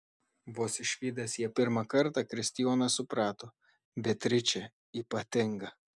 vos išvydęs ją pirmą kartą kristijonas suprato beatričė ypatinga